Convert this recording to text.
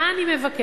מה אני מבקשת?